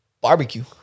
Barbecue